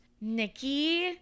Nikki